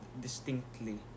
distinctly